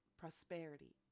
prosperity